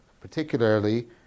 particularly